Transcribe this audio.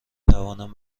توانم